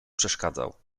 przeszkadzał